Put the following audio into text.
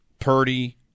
Purdy